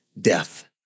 death